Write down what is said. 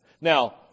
Now